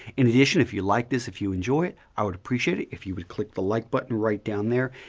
in addition, if you like this, if you enjoy it, i would appreciate it if you would click the like button right down there.